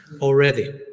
already